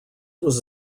was